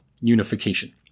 unification